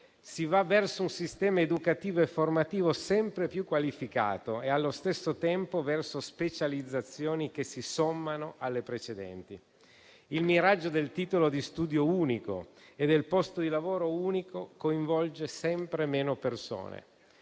Si va verso un sistema educativo e formativo sempre più qualificato e, allo stesso tempo, verso specializzazioni che si sommano alle precedenti. Il miraggio del titolo di studio unico e del posto di lavoro unico coinvolge sempre meno persone;